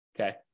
okay